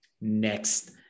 next